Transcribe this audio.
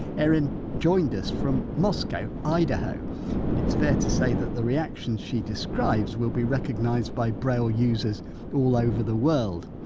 erin joined us from moscow, idaho but it's fair to say that the reactions she describes will be recognised by braille users all over the world.